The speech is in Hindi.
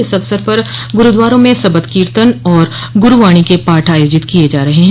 इस अवसर पर गुरूद्वारों में सबद कीर्तन और गुरूवाणी के पाठ आयोजित किये जा रहे हैं